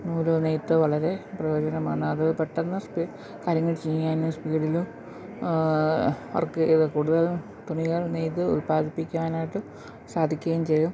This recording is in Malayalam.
നൂലു നെയ്ത്ത് വളരെ പ്രയോജനമാണ് അതു പെട്ടെന്ന് കാര്യങ്ങൾ ചെയ്യാനും സ്പീഡിലും വർക്ക് ചെയ്തു കൂടുതലും തുണികൾ നെയ്ത് ഉൽപാദിപ്പിക്കാനായിട്ട് സാധിക്കുകയും ചെയ്യും